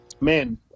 man